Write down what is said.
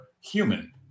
human